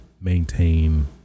maintain